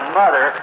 mother